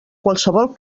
qualsevol